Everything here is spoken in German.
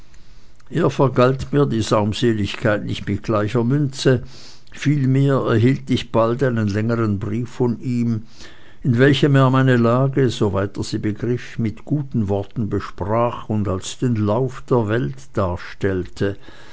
er vergalt mir die saumseligkeit nicht mit gleicher münze vielmehr erhielt ich bald einen längern brief von ihm in welchem er meine lage soweit er sie begriff mit guten worten besprach und als den lauf der welt darstellte